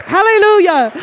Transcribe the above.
Hallelujah